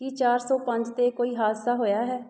ਕੀ ਚਾਰ ਸੌ ਪੰਜ 'ਤੇ ਕੋਈ ਹਾਦਸਾ ਹੋਇਆ ਹੈ